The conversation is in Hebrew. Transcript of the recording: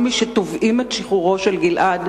כל מי שתובעים את שחרורו של גלעד,